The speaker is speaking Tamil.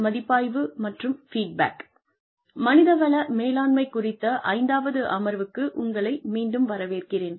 மனித வள மேலாண்மை குறித்த ஐந்தாவது அமர்வுக்கு உங்களை மீண்டும் வரவேற்கிறேன்